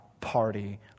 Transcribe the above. party